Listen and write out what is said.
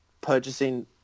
purchasing